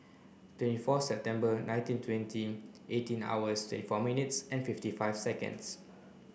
twenty four September nineteen twenty eighteen hours twenty four minutes and fifty five seconds